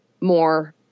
more